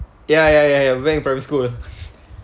ya ya ya ya when in primary school